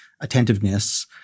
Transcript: attentiveness